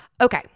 Okay